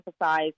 emphasize